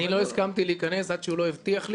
אני לא הסכמתי להיכנס עד שהוא לא הבטיח לי